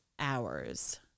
hours